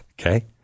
Okay